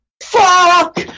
Fuck